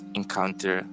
encounter